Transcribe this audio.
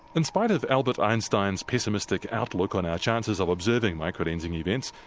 in spite of albert einstein's pessimistic outlook on our chances of observing microlensing events,